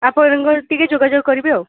ଆପଣଙ୍କର ଟିକେ ଯୋଗାଯୋଗ କରିବେ ଆଉ